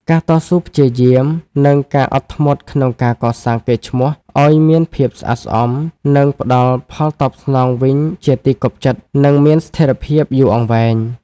ការតស៊ូព្យាយាម និងការអត់ធ្មត់ក្នុងការកសាងកេរ្តិ៍ឈ្មោះឱ្យមានភាពស្អាតស្អំ នឹងផ្ដល់ផលតបស្នងវិញជាទីគាប់ចិត្ត និងមានស្ថិរភាពយូរអង្វែង។